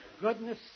goodness